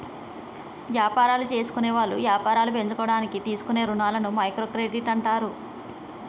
యాపారాలు జేసుకునేవాళ్ళు యాపారాలు పెంచుకోడానికి తీసుకునే రుణాలని మైక్రో క్రెడిట్ అంటారు